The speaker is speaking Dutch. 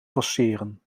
passeren